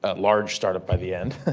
ah large startup by the end.